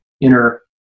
inner